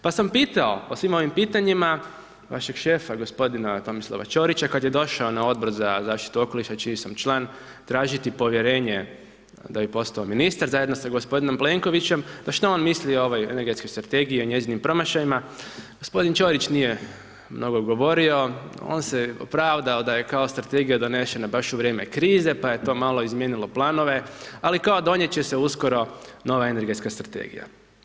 Pa sam pitao o svim ovim pitanjima vašeg šefa gospodina Tomislava Ćorića kad je došao na Odbor za zaštitu okoliša čiji sam član tražiti povjerenje da bi postao ministar zajedno sa gospodinom Plenkovićem, da što on misli o ovoj energetskoj strategiji i o njezinim promašajima, gospodin Ćorić nije mnogo govorio, on se opravdao da je kao strategija donešena baš u vrijeme u krize pa je to malo izmijenilo planove ali kao donijet će se uskoro nova energetska strategija.